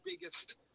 biggest